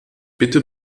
bitte